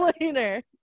later